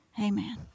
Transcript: Amen